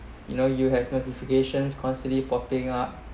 you know you have notifications constantly popping up